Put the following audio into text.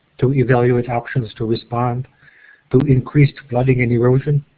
to evaluate options to respond to increased flooding and erosion.